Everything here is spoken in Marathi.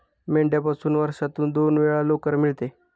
मेंढ्यापासून वर्षातून दोन वेळा लोकर मिळते